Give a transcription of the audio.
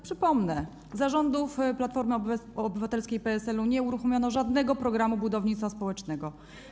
Przypomnę: za rządów Platformy Obywatelskiej i PSL-u nie uruchomiono żadnego programu budownictwa społecznego.